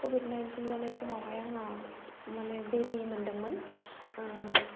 Covid nineteen जानाय समावहाय आङो माने बेबि मोन्दोंमोन